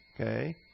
okay